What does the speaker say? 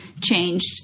Changed